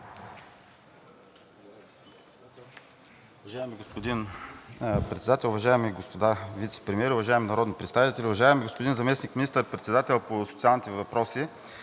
Уважаеми господин Председател, уважаеми господа заместник-министри, уважаеми народни представители! Уважаеми господин Заместник министър-председател по социалните политики,